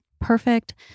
perfect